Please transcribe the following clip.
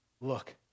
look